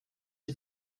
die